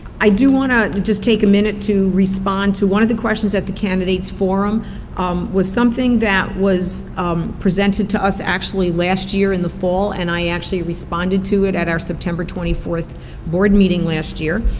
i do want to just take a minute to respond to one of the questions at the candidates forum. it um was something that was presented to us, actually last year in the fall, and i actually responded to it at our september twenty fourth board meeting last year.